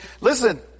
Listen